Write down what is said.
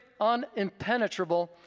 unimpenetrable